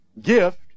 gift